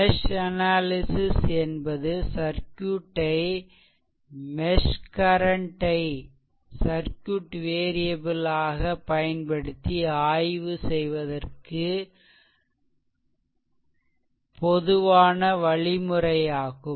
mesh analysis என்பது சர்க்யூட்டை mesh current ஐ சர்க்யூட் வேரியபில் ஆக பயன்படுத்தி ஆய்வு செய்வதற்கு பொதுவான வழிமுறையாகும்